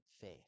faith